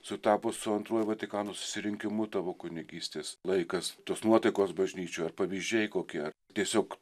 sutapo su antruoju vatikano susirinkimu tavo kunigystės laikas tos nuotaikos bažnyčioj ar pavyzdžiai kokie tiesiog